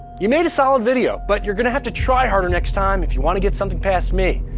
you made a solid video, but you're gonna have to try harder next time, if you wanna get something past me.